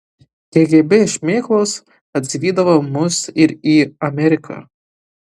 kgb šmėklos atsivydavo mus ir į ameriką